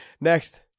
Next